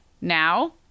now